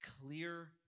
clear